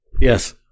Yes